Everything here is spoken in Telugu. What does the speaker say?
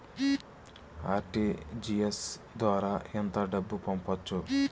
ఆర్.టీ.జి.ఎస్ ద్వారా ఎంత డబ్బు పంపొచ్చు?